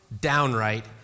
downright